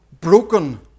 broken